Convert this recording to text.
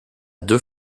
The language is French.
deux